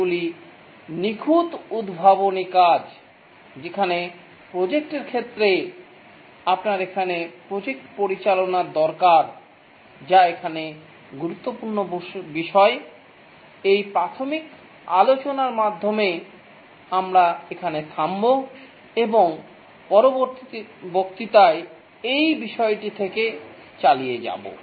এগুলি নিখুঁত উদ্ভাবনী কাজ যেখানে প্রজেক্ট এর ক্ষেত্রে আপনার এখানে প্রজেক্ট পরিচালনার দরকার যা এখানে গুরুত্বপূর্ণ বিষয় এই প্রাথমিক আলোচনার মাধ্যমে আমরা এখানে থামব এবং পরবর্তী বক্তৃতায় এই বিষয়টি থেকে চালিয়ে যাব